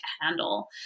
handle